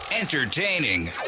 entertaining